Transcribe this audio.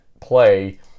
play